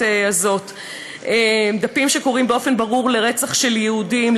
הזאת של דפים שקוראים באופן ברור לרצח של יהודים,